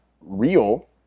real